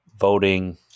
voting